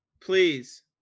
Please